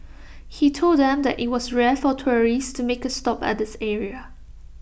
he told them that IT was rare for tourists to make A stop at this area